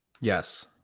Yes